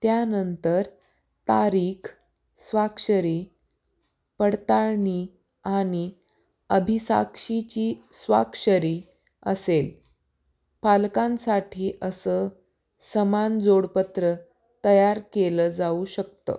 त्यानंतर तारीख स्वाक्षरी पडताळणी आणि अभिसाक्षीची स्वाक्षरी असेल पालकांसाठी असं समान जोडपत्र तयार केलं जाऊ शकतं